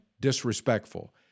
disrespectful